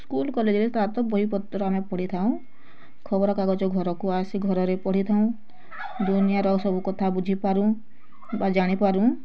school କଲେଜ୍ରେ ତାର୍ ତ ବହିପତ୍ର ଆମେ ପଢ଼ିଥାଉ ଖବର କାଗଜ ଘର କୁ ଆସି ଘର ର ପଢ଼ିଥାଉଁ ଦୁନିଆ ର ସବୁ କଥା ବୁଝିପାରୁଁ ବା ଜାଣି ପାରୁଁ